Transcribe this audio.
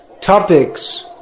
topics